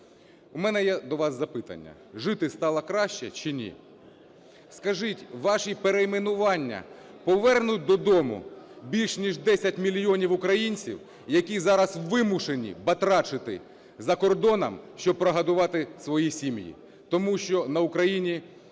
У мене є до вас запитання: жити стало краще чи ні? Скажіть, ваші перейменування повернуть додому більш ніж 10 мільйонів українців, які зараз вимушені батрачити за кордоном, щоб прогодувати свої сім'ї, тому що на Україні